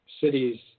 cities